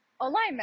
alignment